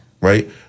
Right